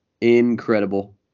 Incredible